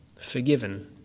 forgiven